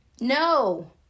No